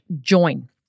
join